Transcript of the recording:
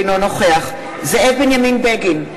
אינו נוכח זאב בנימין בגין,